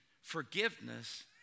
forgiveness